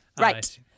right